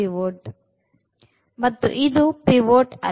ಇದುpivot ಅಲ್ಲ